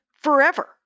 forever